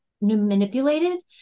manipulated